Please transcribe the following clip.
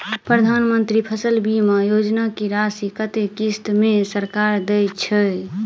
प्रधानमंत्री फसल बीमा योजना की राशि कत्ते किस्त मे सरकार देय छै?